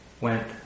went